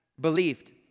believed